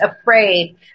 afraid